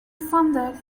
funded